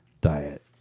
diet